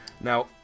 Now